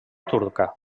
turca